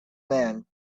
man